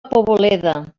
poboleda